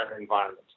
environment